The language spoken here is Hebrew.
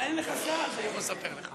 אין לך צ'אנס, לספר לך.